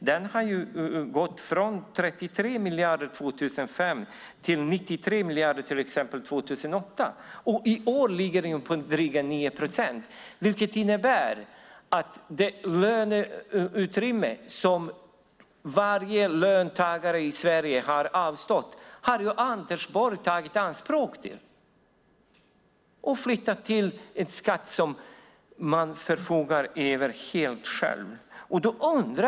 Den har gått från 33 miljarder år 2005 till 93 miljarder år 2008. I år ligger den på drygt 9 procent, vilket innebär att det löneutrymme som varje löntagare i Sverige har avstått, det har Anders Borg tagit i anspråk och flyttat till en skatt som man förfogar över helt själv.